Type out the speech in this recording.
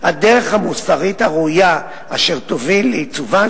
את הדרך המוסרית הראויה אשר תוביל לעיצובן